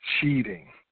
cheating